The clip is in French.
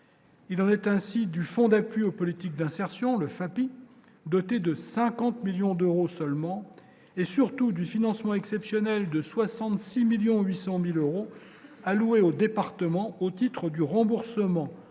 Il en est ainsi du Fonds d'appui aux politiques d'insertion le FAP et doté de 50 millions d'euros seulement et surtout du financement exceptionnel de 66 millions 800 1000 euros alloués au département au titre du remboursement